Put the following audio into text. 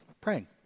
praying